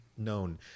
known